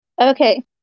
Okay